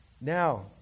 now